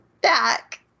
back